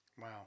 wow